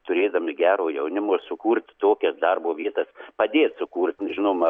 turėdami gero jaunimo sukurt tokias darbo vietas padėt sukurt žinoma